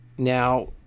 Now